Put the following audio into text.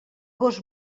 gos